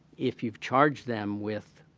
if you've charged them with